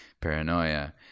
paranoia